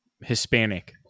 Hispanic